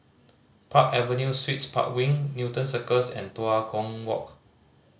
Park Avenue Suites Park Wing Newton Cirus and Tua Kong Walk